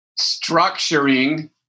structuring